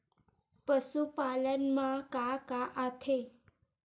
पशुपालन मा का का आथे?